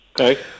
Okay